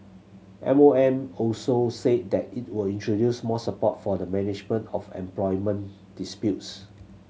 M O M also said that it will introduce more support for the management of employment disputes